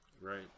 Right